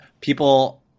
people